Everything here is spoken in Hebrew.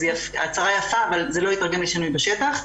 הצהרה יפה אבל זה לא יתרגם לשינוי בשטח.